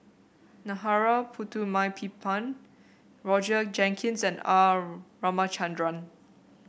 Narana Putumaippittan Roger Jenkins and R Ramachandran